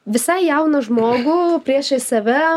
visai jauną žmogų priešais save